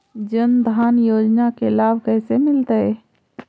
जन धान योजना के लाभ कैसे मिलतै?